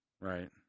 Right